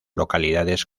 localidades